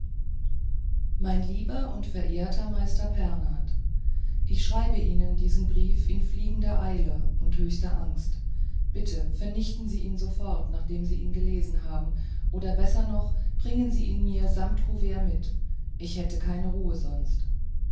mein lieber und verehrter meister pernath ich schreibe ihnen diesen brief in fliegender eile und höchster angst bitte vernichten sie ihn sofort nachdem sie ihn gelesen haben oder besser noch bringen sie ihn mir samt kuvert mit ich hätte keine ruhe sonst